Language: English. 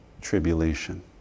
tribulation